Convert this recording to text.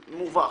מובך.